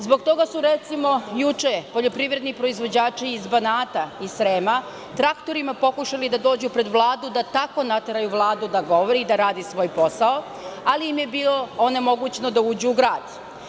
Zbog toga su, recimo juče, poljoprivredni proizvođači iz Banata, iz Srema traktorima pokušali da dođu pred Vladu da tako nateraju Vladu da govori i da radi svoj posao, ali im je bilo onemogućeno da uđu u grad.